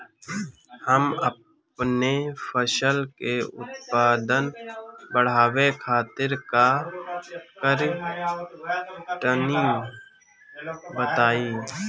हम अपने फसल के उत्पादन बड़ावे खातिर का करी टनी बताई?